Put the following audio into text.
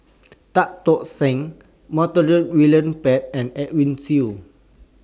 Tan Tock San Montague William Pett and Edwin Siew